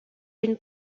une